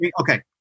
Okay